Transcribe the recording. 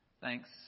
Thanks